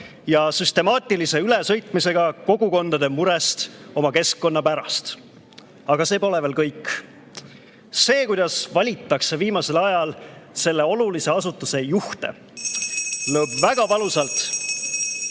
ja süstemaatilise ülesõitmisega kogukondade murest oma keskkonna pärast. Aga see pole veel kõik. See, kuidas valitakse viimasel ajal selle olulise asutuse juhte ... (Juhataja